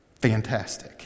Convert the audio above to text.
fantastic